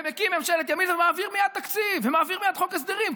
ומקים ממשלת ימין ומעביר מייד תקציב ומעביר מייד חוק הסדרים.